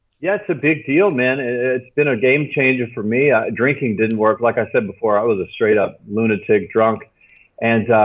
yeah, it's a big deal man. it's been a game changer for me. drinking didn't work. like i said before, i was a straight up lunatic drunk and